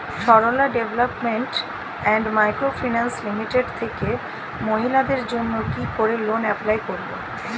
Sarala development and micro finance limited থেকে মহিলাদের জন্য কি করে লোন এপ্লাই করব?